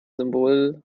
symbol